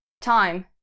time